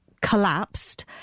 collapsed